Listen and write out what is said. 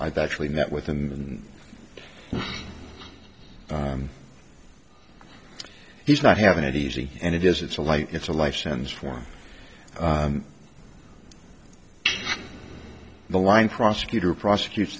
i've actually met with him and he's not having it easy and it is it's a life it's a life sentence for the line prosecutor prosecute